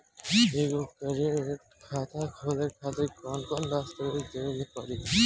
एगो करेंट खाता खोले खातिर कौन कौन दस्तावेज़ देवे के पड़ी?